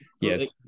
yes